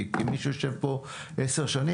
כמישהו שפה עשר שנים,